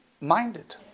minded